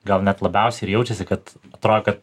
gal net labiausiai ir jaučiasi kad atrodo kad